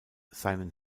seinen